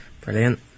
brilliant